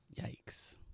Yikes